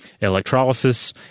electrolysis